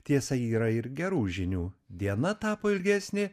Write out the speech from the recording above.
tiesa yra ir gerų žinių diena tapo ilgesnė